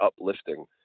uplifting